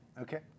Okay